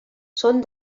són